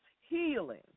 healing